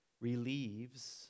relieves